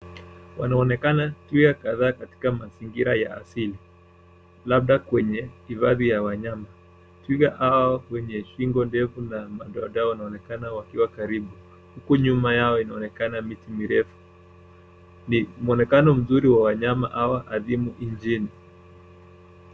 Wanaonekana twiga kadhaa katika mazingira ya asili labda kwenye hifadhi ya wanyama. Twiga hao wenye shingo ndefu na madoadoa wanaonekana wakiwa karibu huku nyuma yao inaonekana miti mirefu. Ni muonekano mzuri wa wanyama hawa adhimu nchini.